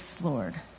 Lord